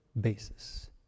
basis